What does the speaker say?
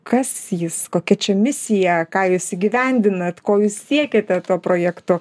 kas jis kokia čia misija ką jūs įgyvendinat ko jūs siekiate tuo projektu